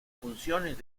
funciones